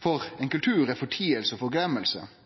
for ein kultur, er forteiing og